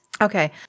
Okay